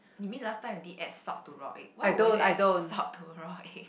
you mean last time you did add salt to raw egg why would you add salt to raw egg